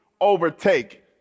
overtake